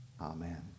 Amen